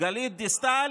גלית דיסטל